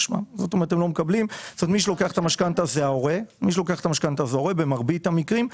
שמם ומי שלוקח את המשכנתא זה ההורה במרבית המקרים,